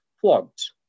flogged